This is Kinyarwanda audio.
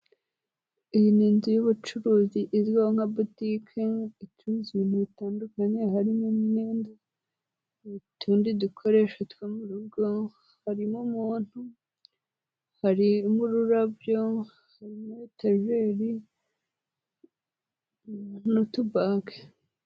Iyi ni inzu y'ubucuruzi izwiho nka butike, icuruza ibintu bitandukanye, harimo imyenda, utundi dukoresho two mu rugo, harimo umuntu, harimo ururabyo, harimo teveri n'utubage.